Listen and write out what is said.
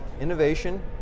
Innovation